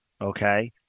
Okay